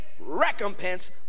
recompense